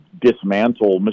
dismantle